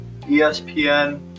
ESPN